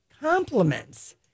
compliments